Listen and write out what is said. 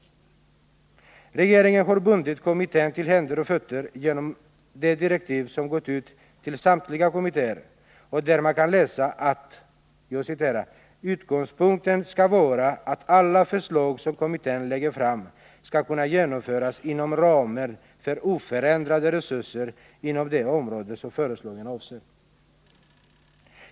Regeringen har bundit kommittén till händer och fötter genom de direktiv som gått ut till samtliga kommittéer och där man kan läsa: ”Utgångspunkten skall vara att alla förslag som kommittén lägger fram skall kunna genomföras inom ramen för oförändrade resurser inom det område som förslagen avser.